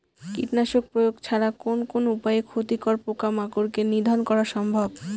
কীটনাশক প্রয়োগ ছাড়া কোন কোন উপায়ে ক্ষতিকর পোকামাকড় কে নিধন করা সম্ভব?